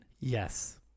yes